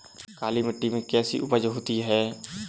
काली मिट्टी में कैसी उपज होती है?